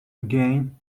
again